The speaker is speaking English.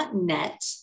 .net